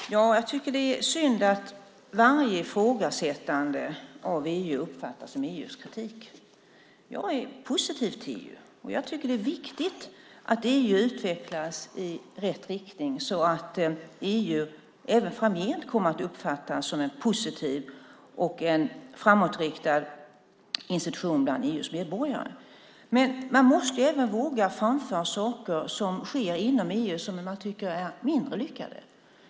Fru talman! Jag tycker att det är synd att varje ifrågasättande av EU uppfattas som EU-kritik. Jag är positiv till EU, och jag tycker att det är viktigt att EU utvecklas i rätt riktning så att EU även framgent kommer att uppfattas som en positiv och en framåtriktad institution bland EU:s medborgare. Men man måste även våga framföra saker som sker inom EU som man tycker är mindre lyckade.